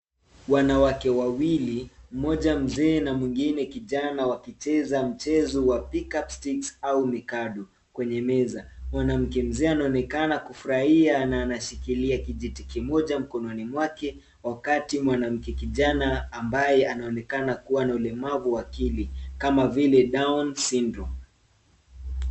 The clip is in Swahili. Wanawake wawili, mmoja mzee na mwingine kijana wakicheza mchezo wa pick up sticks au mikadu kwenye meza. Mwanamke mzee anaonekana kufurahia na anashikilia kijiti kimoja mkononi mwake wakati mwanamke kijana ambaye anaonekana kuwa na ulemavu wa akili kama vile down syndrome .